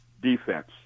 defense